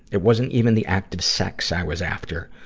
it wasn't even the act of sex i was after.